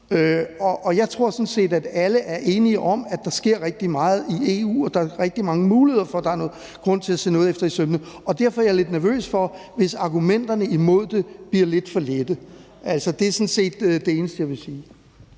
Og jeg tror sådan set, at alle er enige om, at der sker rigtig meget i EU, og at der er rigtig mange muligheder for, at der er grund til at ske noget efter i sømmene. Derfor er jeg lidt nervøs, hvis argumenterne imod det bliver lidt for lette. Det er sådan set det eneste, jeg vil sige.